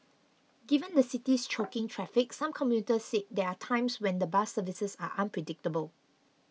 given the city's choking traffic some commuters said there are times when the bus services are unpredictable